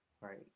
right